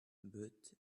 but